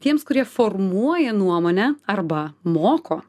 tiems kurie formuoja nuomonę arba moko